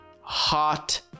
hot